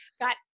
got